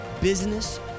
business